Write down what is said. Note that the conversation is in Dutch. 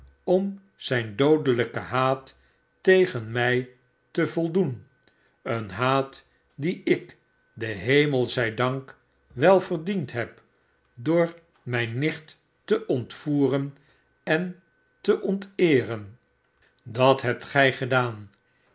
om zijn doodelijken haat tegen mij te voldoen een haat dien ik den hemel zij dank wel verdiend heb door mijne nicht te ontvoeren en te onteeren dat hebt gij gedaan